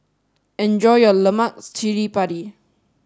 enjoy your Lemak Cili Padi